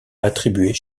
attribués